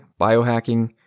biohacking